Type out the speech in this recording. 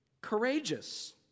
courageous